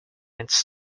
its